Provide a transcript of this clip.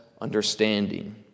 understanding